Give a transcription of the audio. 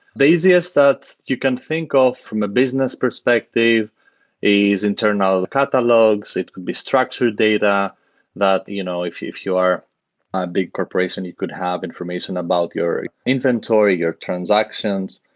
the easiest that you can think of from a business perspective is internal catalogues. it could be structured data that you know if you if you are a big corporation, you could have information about inventory, your transactions.